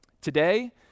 Today